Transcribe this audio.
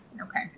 Okay